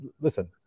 Listen